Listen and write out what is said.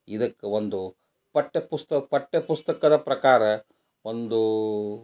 ಇದಕ್ಕೆ ಒಂದು ಪಠ್ಯಪುಸ್ತಕ್ಕೆ ಪಠ್ಯ ಪುಸ್ತಕದ ಪ್ರಕಾರ ಒಂದು